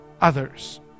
others